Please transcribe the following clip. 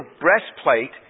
breastplate